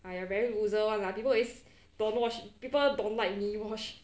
!aiya! very loser [one] lah people always don't watch people don't like me watch